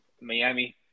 Miami